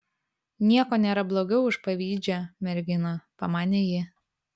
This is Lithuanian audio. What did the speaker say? nieko nėra blogiau už pavydžią merginą pamanė ji